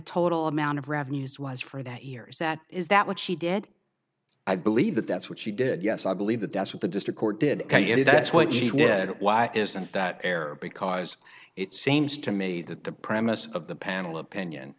total amount of revenues was for that years that is that what she did i believe that that's what she did yes i believe that that's what the district court did and that's what she did why isn't that error because it seems to me that the premise of the panel opinion